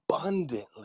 abundantly